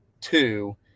two